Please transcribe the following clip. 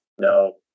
No